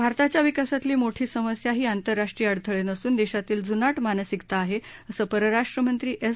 भारताच्या विकासातली मोठी समस्या ही आंतरराष्ट्रीय अडथळे नसून देशातली जुनाट मानसिकता आहे असं परराष्ट्रमंत्री एस